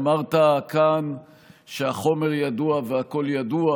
אמרת כאן שהחומר ידוע והכול ידוע,